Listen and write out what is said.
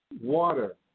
water